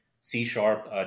C-sharp